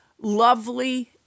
lovely